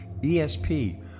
ESP